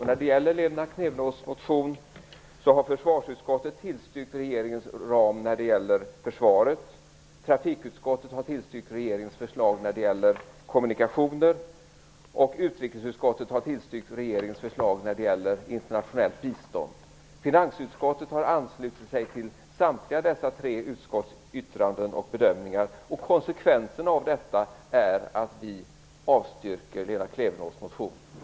När det gäller Lena Klevenås motion har försvarsutskottet tillstyrkt regeringens ram när det gäller försvaret, trafikutskottet har tillstyrkt regeringens förslag när det gäller kommunikationer, och utrikesutskottet har tillstyrkt regeringens förslag när det gäller internationellt bistånd. Finansutskottet har anslutit sig till samtliga dessa tre utskotts yttranden och bedömningar. Konsekvensen av detta är att vi avstyrker Lena